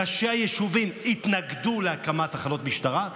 ראשי היישובים התנגדו להקמת תחנות המשטרה,